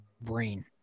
brain